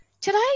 Today